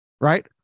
right